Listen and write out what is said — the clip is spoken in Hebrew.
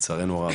לצערנו הרב,